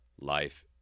Life